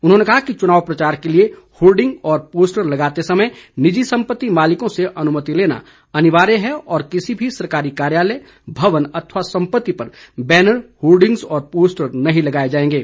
उन्होंने कहा कि चुनाव प्रचार के लिए होर्डिंग और पोस्टर लगाते समय निजी सम्पत्ति मालिकों से अनुमति लेना अनिवार्य है और किसी भी सरकारी कार्यालय भवन अथवा संपत्ति पर बैनर होर्डिंग और पोस्टर नहीं लगाए जाएंगे